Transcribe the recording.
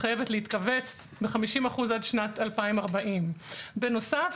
חייבת להתכווץ ב-505 עד שנת 2040. בנוסף